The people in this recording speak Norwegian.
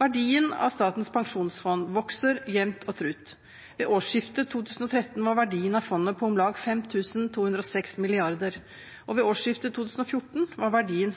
Verdien av Statens pensjonsfond vokser jevnt og trutt. Ved årsskiftet 2013 var verdien av fondet på om lag 5 206 mrd. kr, og ved årsskiftet 2014 var verdien